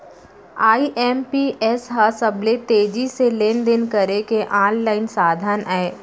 IMPS ह सबले तेजी से लेन देन करे के आनलाइन साधन अय